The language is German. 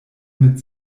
mit